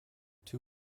two